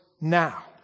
now